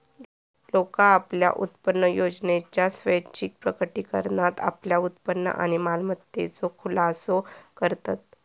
लोका आपल्या उत्पन्नयोजनेच्या स्वैच्छिक प्रकटीकरणात आपल्या उत्पन्न आणि मालमत्तेचो खुलासो करतत